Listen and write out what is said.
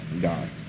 God